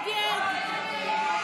סעיף 2,